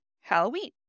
Halloween